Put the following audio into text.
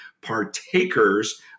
partakers